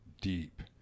deep